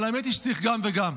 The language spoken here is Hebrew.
אבל האמת היא שצריך גם וגם,